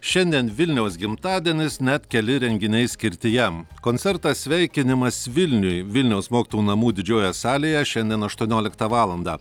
šiandien vilniaus gimtadienis net keli renginiai skirti jam koncertą sveikinimas vilniui vilniaus mokytojų namų didžiojoje salėje šiandien aštuonioliktą valandą